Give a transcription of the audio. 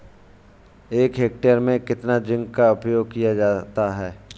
एक हेक्टेयर में कितना जिंक का उपयोग किया जाता है?